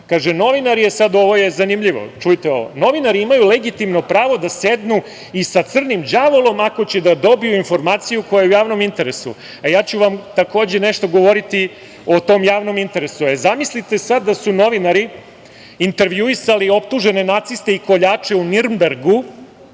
značajno njeno svedočenje, kaže – novinari imaju legitimno pravo da sednu i sa crnim đavolom ako će da dobiju informaciju koja je u javnom interesu. Ja ću vam takođe nešto govoriti o tom javnom interesu. Zamislite sada da su novinari intervjuisali optužene naciste i koljače u Nirmbergu